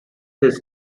his